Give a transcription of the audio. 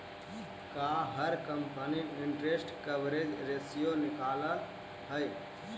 का हर company interest coverage ratio निकालअ हई